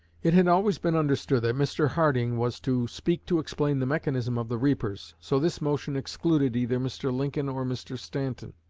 it had always been understood that mr. harding was to speak to explain the mechanism of the reapers. so this motion excluded either mr. lincoln or mr. stanton.